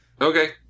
okay